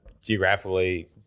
geographically